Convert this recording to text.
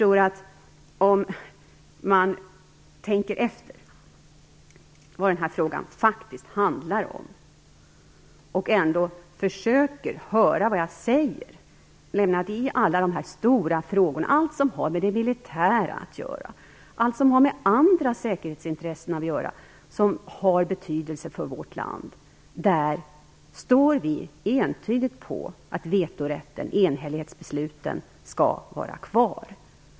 Om man tänker efter vad denna fråga faktiskt handlar om och försöker lyssna på vad jag säger förstår man att det handlar om att vi entydigt står fast vid att vetorätten och enhällighetsbesluten skall vara kvar i alla de stora frågorna, dvs. allt som har med det miltära att göra och allt som har med andra säkerhetsintressen som har betydelse för vårt land att göra.